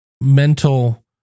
mental